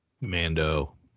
Mando